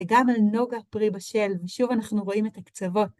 וגם אל נוגה פרי בשל, ושוב אנחנו רואים את הקצוות.